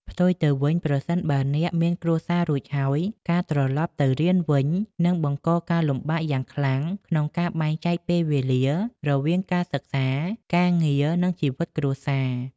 ផ្ទុយទៅវិញ ប្រសិនបើអ្នកមានគ្រួសាររួចហើយ ការត្រឡប់ទៅរៀនវិញនឹងបង្កការលំបាកយ៉ាងខ្លាំងក្នុងការបែងចែកពេលវេលា រវាងការសិក្សា ការងារ និងជីវិតគ្រួសារ។